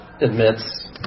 admits